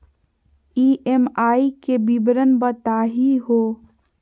EMI के विवरण बताही हो?